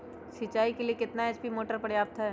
सिंचाई के लिए कितना एच.पी मोटर पर्याप्त है?